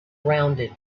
rounded